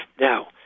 Now